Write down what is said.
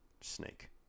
snake